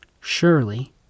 Surely